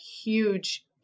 huge